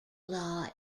law